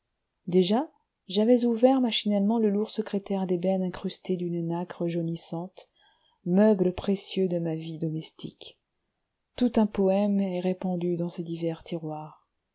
déjà j'avais ouvert machinalement le lourd secrétaire d'ébène incrusté d'une nacre jaunissante meuble précieux de ma vie domestique tout un poëme est répandu dans ces divers tiroirs